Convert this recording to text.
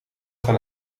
gaan